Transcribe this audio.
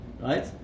right